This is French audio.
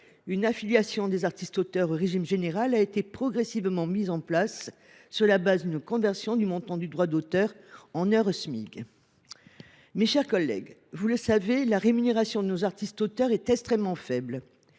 une affiliation des artistes auteurs au régime général a été progressivement mise en place, sur le fondement d’une conversion du montant du droit d’auteur en nombre d’heures au Smic horaire. Mes chers collègues, comme vous le savez, la rémunération de nos artistes auteurs est extrêmement faible.